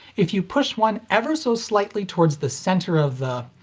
if you push one ever so slightly towards the center of the,